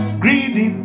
greedy